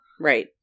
Right